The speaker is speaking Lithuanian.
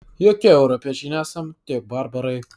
jokie europiečiai nesam tik barbarai